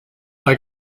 mae